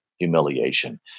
humiliation